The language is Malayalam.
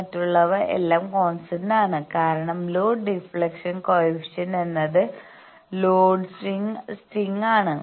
മറ്റുള്ളവ എല്ലാം കോൺസ്റ്റന്റാണ് കാരണം ലോഡ് ഡിഫ്ലെക്ഷൻ കോയെഫിഷ്യന്റ് എന്നത് ലോഡ് സ്റ്റിംഗ്